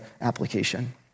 application